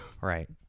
right